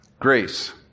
Grace